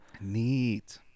Neat